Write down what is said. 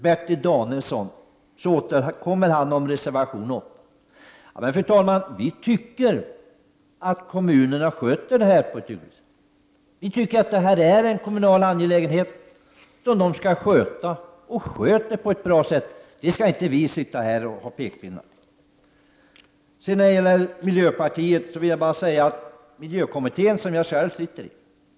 Bertil Danielsson återkom om reservation 8. Fru talman! Vi tycker att kommunerna sköter det här på ett utmärkt sätt, och vi tycker att det här är en kommunal angelägenhet som kommunerna skall sköta. Här skall vi inte hålla upp några pekpinnar.